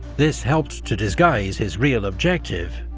this helped to disguise his real objective,